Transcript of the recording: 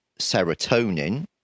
serotonin